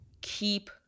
keep